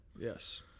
Yes